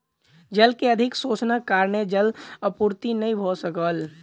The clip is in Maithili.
जल के अधिक शोषणक कारणेँ जल आपूर्ति नै भ सकल